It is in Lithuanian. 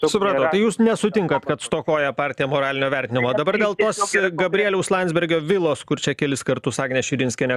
supratau tai jūs nesutinkat kad stokoja partija moralinio vertinimo dabar dėl tos gabrieliaus landsbergio vilos kur čia kelis kartus agnė širinskienė